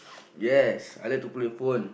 yes I like to play a phone